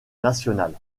nationale